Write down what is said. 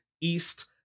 east